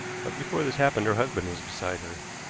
but before this happened her husband was beside her.